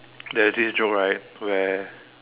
there's this joke right where